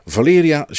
Valeria